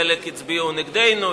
חלק הצביעו נגדנו.